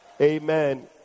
Amen